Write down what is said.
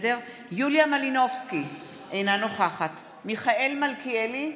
יוליה מלינובסקי קונין, אינה נוכחת מיכאל מלכיאלי,